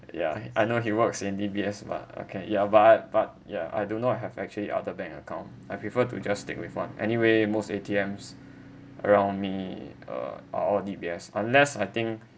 yeah I know he works in D_B_S but okay ya but but yeah I do not have actually other bank account I prefer to just stick with one anyway most A_T_Ms around me uh are all D_B_S unless I think